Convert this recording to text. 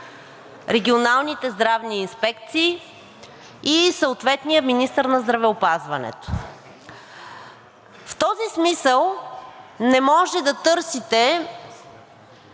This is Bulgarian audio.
регионалните здравни инспекции и съответният министър на здравеопазването. В този смисъл не може да търсите